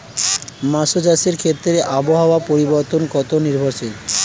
মৎস্য চাষের ক্ষেত্রে আবহাওয়া পরিবর্তন কত নির্ভরশীল?